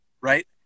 Right